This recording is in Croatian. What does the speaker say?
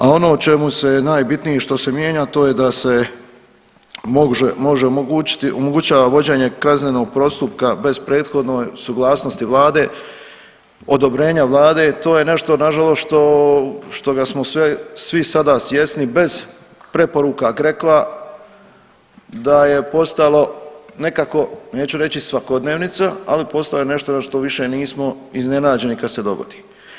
A ono o čemu se najbitnije što se mijenja to je da se može omogućiti, omogućava vođenje kaznenog postupka bez prethodno suglasnosti vlade, odobrenja vlade to je nešto nažalost što, što ga smo svi sada svjesni bez preporuka GRECO-a da je postalo nekako neću reći svakodnevnica, ali postalo je nešto na što više nismo iznenađeni kad se dogodi.